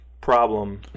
problem